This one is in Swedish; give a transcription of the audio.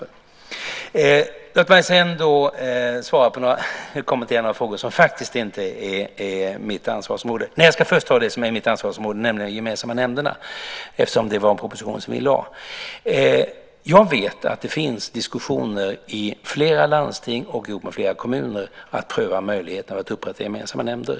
Låt mig sedan kommentera några frågor som faktiskt inte är mitt ansvarsområde, men jag ska först ta det som är mitt ansvarsområde, nämligen de gemensamma nämnderna, eftersom det var en proposition som vi lade fram. Jag vet att det finns diskussioner i flera landsting och ihop med flera kommuner att pröva möjligheten att upprätta gemensamma nämnder.